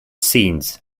scenes